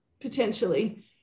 potentially